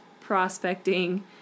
prospecting